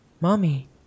Mommy